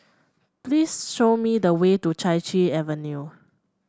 please show me the way to Chai Chee Avenue